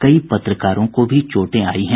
कई पत्रकारों को भी चोटें आयी हैं